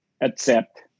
accept